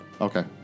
Okay